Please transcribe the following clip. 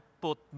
put